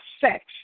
sex